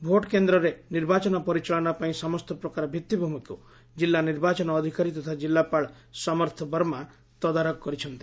vote କେନ୍ଦ୍ରରେ ନିର୍ବାଚନ ପରିଚାଳନ ପାଇଁ ସମସ୍ତ ପ୍ରକାର ଭିଉିଭ୍ରମିକୁ ଜିଲ୍ଲୁ ନିର୍ବାଚନ ଅଧିକାରୀ ତଥା କିଲ୍ଲାପାଳ ସମର୍ଥ ବର୍ମା ତଦାରଖ କରିଛନ୍ତି